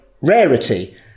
rarity